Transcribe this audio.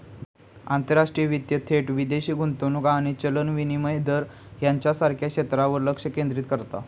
आंतरराष्ट्रीय वित्त थेट विदेशी गुंतवणूक आणि चलन विनिमय दर ह्येच्यासारख्या क्षेत्रांवर लक्ष केंद्रित करता